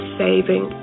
saving